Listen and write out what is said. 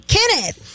Kenneth